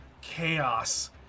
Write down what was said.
chaos